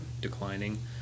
declining